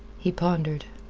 he pondered.